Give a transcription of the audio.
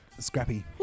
Scrappy